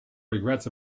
regrets